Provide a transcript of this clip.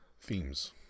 Themes